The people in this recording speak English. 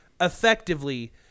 effectively